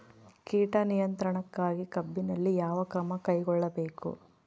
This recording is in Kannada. ಕೇಟ ನಿಯಂತ್ರಣಕ್ಕಾಗಿ ಕಬ್ಬಿನಲ್ಲಿ ಯಾವ ಕ್ರಮ ಕೈಗೊಳ್ಳಬೇಕು?